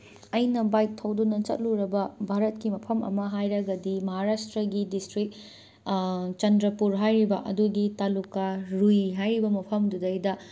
ꯑꯩꯅ ꯕꯥꯏꯛ ꯊꯧꯗꯨꯅ ꯆꯠꯂꯨꯔꯕ ꯚꯥꯔꯠꯀꯤ ꯃꯐꯝ ꯑꯃ ꯍꯥꯏꯔꯒꯗꯤ ꯃꯍꯥꯔꯥꯁꯇ꯭ꯔꯒꯤ ꯗꯤꯁꯇ꯭ꯔꯤꯛ ꯆꯟꯗ꯭ꯔꯄꯨꯔ ꯍꯥꯏꯔꯤꯕ ꯑꯗꯨꯒꯤ ꯇꯥꯂꯨꯀꯥꯔ ꯂꯨꯏ ꯍꯥꯏꯔꯤꯕ ꯃꯐꯝꯗꯨꯗꯩꯗ